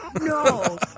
No